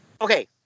Okay